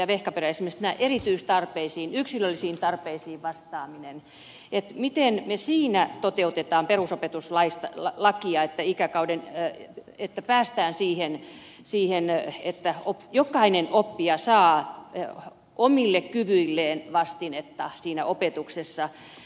vehkaperä nosti esille erityistarpeisiin yksilöllisiin tarpeisiin vastaaminen miten me siinä toteutamme perusopetuslakia että päästään siihen että jokainen oppija saa omille kyvyilleen vastinetta siinä opetuksessa